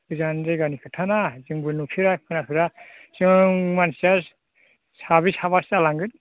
गोजान जायगानि खोथाना जोंबो नुफेरा खोनाफेरा जों मानसिया साब्रै साबासो जालांगोन